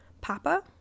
Papa